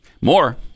More